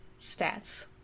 stats